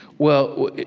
well,